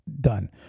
done